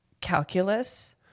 calculus